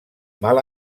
mal